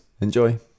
Enjoy